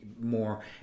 more